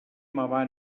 mamà